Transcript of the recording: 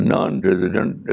Non-resident